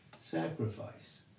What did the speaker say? sacrifice